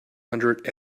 hundred